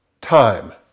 time